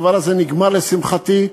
הדבר הזה נגמר, לשמחתי.